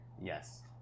yes